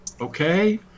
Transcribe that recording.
Okay